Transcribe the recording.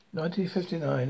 1959